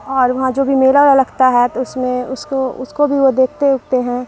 اور وہاں جو بھی میلہ اولہ لگتا ہے تو اس میں اس کو اس کو بھی وہ دیکھتے اوکھتے ہیں